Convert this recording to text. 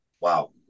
Wow